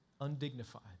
undignified